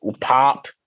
Pop